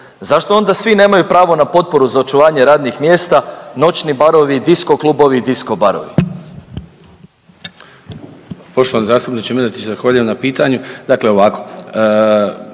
Zašto onda svi nemaju pravo na potporu za očuvanje radnih mjesta, noćni barovi, disko klubovi i disko barovi?